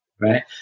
right